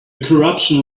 corruption